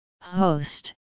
host